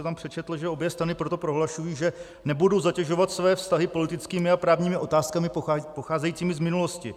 Vy jste přečetl, že obě strany proto prohlašují, že nebudou zatěžovat své vztahy politickými a právními otázkami pocházejícími z minulosti.